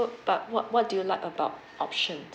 but what what do you like about option